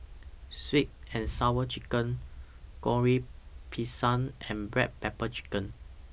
Sweet and Sour Chicken Goreng Pisang and Black Pepper Chicken